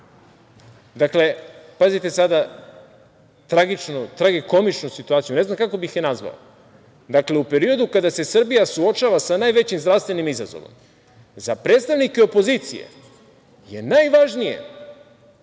RTS.Dakle, pazite sada tragičnu, tragikomičnu situaciju. Ne znam kako bih je nazvao. Dakle, u periodu kada se Srbija suočava sa najvećim zdravstvenim izazovom za predstavnike opozicije je najvažnije